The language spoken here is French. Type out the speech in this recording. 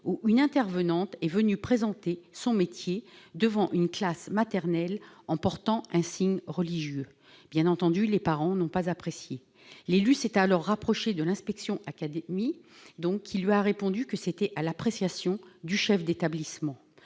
où une intervenante venue présenter son métier devant une classe de maternelle portait un signe religieux. Bien entendu, les parents n'ont pas apprécié. L'élu s'est alors rapproché de l'inspection académique, qui lui a répondu que cette question relevait de l'appréciation du chef d'établissement.